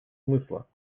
смысла